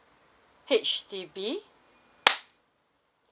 H_D_B